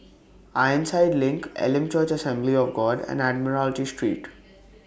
Ironside LINK Elim Church Assembly of God and Admiralty Street